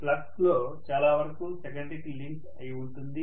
flux లో చాలా వరకు సెకండరీకి లింక్ అయి ఉంటుంది